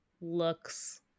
looks